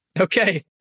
Okay